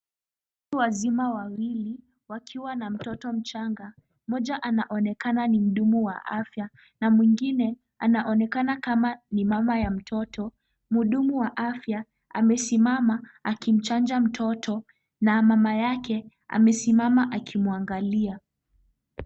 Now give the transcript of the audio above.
Watu wazima wawili wakiwa na mtoto mchanga, mmoja anaonekana ni mhudumu wa afya na mwingine anaonekana kama ni mama ya mtoto. Mhudumu wa afya amesimama akimchanja mtoto na mama yake amesimama akimwangalia.